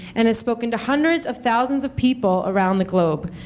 and has spoken to hundreds of thousands of people around the globe.